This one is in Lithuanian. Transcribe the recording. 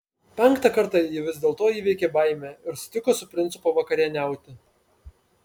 penktą kartą ji vis dėlto įveikė baimę ir sutiko su princu pavakarieniauti